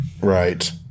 Right